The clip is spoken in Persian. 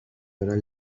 دارن